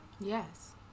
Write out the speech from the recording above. Yes